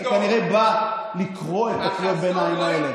אתה כנראה בא לקרוא את קריאות הביניים האלה.